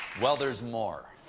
well, there's more.